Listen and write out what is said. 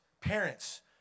Parents